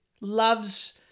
loves